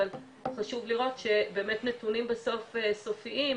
אבל חושב לראות שבאמת נתונים בסוף סופיים,